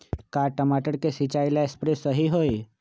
का टमाटर के सिचाई ला सप्रे सही होई?